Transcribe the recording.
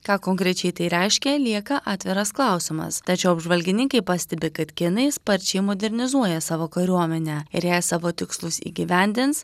ką konkrečiai tai reiškia lieka atviras klausimas tačiau apžvalgininkai pastebi kad kinai sparčiai modernizuoja savo kariuomenę ir jei savo tikslus įgyvendins